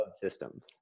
systems